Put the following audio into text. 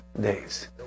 days